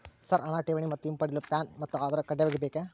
Sir ಹಣ ಠೇವಣಿ ಮತ್ತು ಹಿಂಪಡೆಯಲು ಪ್ಯಾನ್ ಮತ್ತು ಆಧಾರ್ ಕಡ್ಡಾಯವಾಗಿ ಬೇಕೆ?